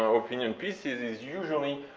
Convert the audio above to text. um opinion pieces, is usually